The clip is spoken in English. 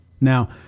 Now